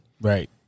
Right